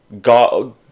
god